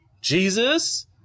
Jesus